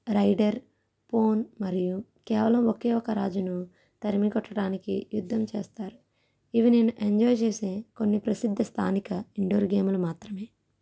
rider pawn మరియు కేవలం ఒకే ఒక రాజును తరిమి కొట్టటానికి యుద్ధం చేస్తారు ఇవి నేను ఎంజాయ్ చేసే కొన్ని ప్రసిద్ధ స్థానిక ఇండోర్ గేమ్లు మాత్రమే